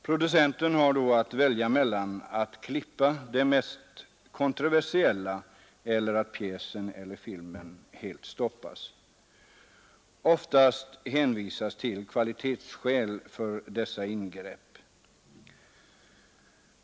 Producenten har då att välja mellan att klippa det mest kontroversiella eller att pjäsen eller filmen helt stoppas. Oftast åberopas kvalitetsskäl för dessa ingrepp.